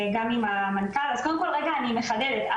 אבל כשאנחנו פנינו לקופות הדבר הראשון שהם נתנו את ההתייחסות שלהם זה